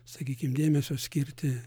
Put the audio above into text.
sakykim dėmesio skirti